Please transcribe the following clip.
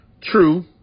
True